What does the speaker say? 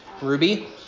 ruby